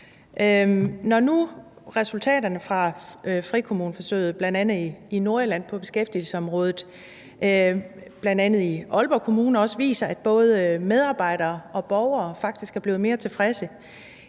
Når nu resultaterne fra frikommuneforsøget, bl.a. i Aalborg Kommune i Nordjylland, på beskæftigelsesområdet viser, at både medarbejdere og borgere faktisk er blevet mere tilfredse,